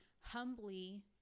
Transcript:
humbly